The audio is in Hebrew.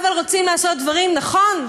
אבל רוצים לעשות דברים נכון,